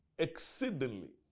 exceedingly